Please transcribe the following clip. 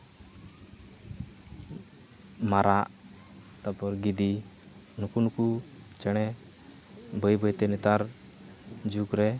ᱢᱟᱨᱟᱜ ᱛᱟᱯᱚᱨ ᱜᱤᱫᱤ ᱱᱩᱠᱩ ᱱᱩᱠᱩ ᱪᱮᱬᱮ ᱵᱟᱹᱭ ᱵᱟᱹᱭ ᱛᱮ ᱱᱮᱛᱟᱨ ᱡᱩᱜᱽ ᱨᱮ